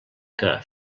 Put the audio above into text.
que